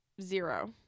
zero